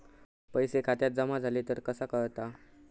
पैसे खात्यात जमा झाले तर कसा कळता?